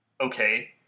Okay